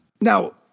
Now